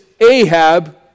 Ahab